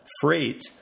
freight